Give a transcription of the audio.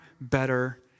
better